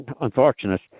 Unfortunate